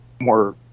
more